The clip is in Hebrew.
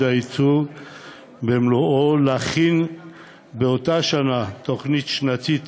הייצוג במלואו להכין באותה שנה תוכנית שנתית